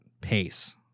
pace